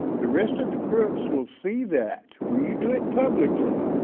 the rest of the crooks will see that when you do it publicly,